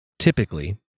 Typically